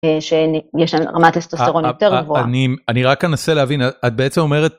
שיש להם רמת טסטוסטרון יותר גבוהה. אני רק אנסה להבין, את בעצם אומרת...